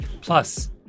Plus